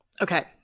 Okay